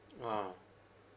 ah